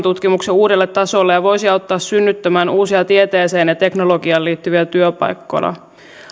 tutkimuksen uudelle tasolle ja voisi auttaa synnyttämään uusia tieteeseen ja teknologiaan liittyviä työpaikkoja